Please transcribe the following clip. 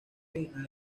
original